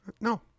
No